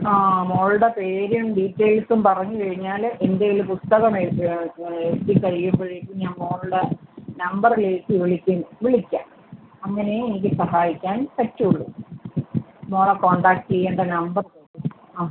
ആ മോളുടെ പേരും ഡീറ്റെയിൽസും പറഞ്ഞ് കഴിഞ്ഞാൽ എൻ്റെ കയ്യിൽ പുസ്തകം എത്തി കഴിയുമ്പൊഴേക്കും ഞാൻ മോളുടെ നമ്പറിലേക്ക് വിളിക്കും വിളിക്കാം അങ്ങനെയേ എനിക്ക് സഹായിക്കാൻ പറ്റൂള്ളൂ മോളെ കോൺടാക്റ്റ് ചെയ്യേണ്ട നമ്പറ് തരൂ ആ